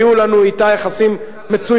היו לנו אתה יחסים מצוינים,